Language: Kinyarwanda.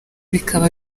bikaba